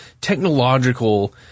technological